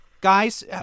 Guys